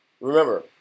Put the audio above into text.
Remember